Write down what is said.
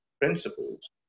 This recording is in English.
principles